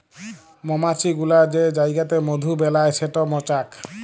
মমাছি গুলা যে জাইগাতে মধু বেলায় সেট মচাক